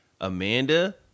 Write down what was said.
Amanda